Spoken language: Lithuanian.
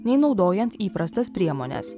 nei naudojant įprastas priemones